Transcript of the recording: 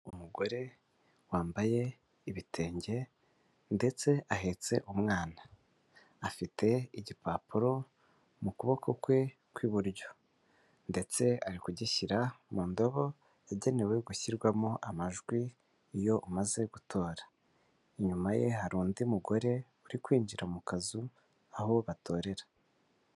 Umugore wambaye ibitenge ndetse ahetse umwana, afite igipapuro mu kuboko kwe kw'iburyo ndetse ari kugishyira mu ndobo yagenewe gushyirwamo amajwi iyo umaze gutora, inyuma ye hari undi mugore uri kwinjira mu kazu aho batorera.